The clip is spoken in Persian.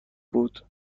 بود